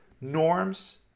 norms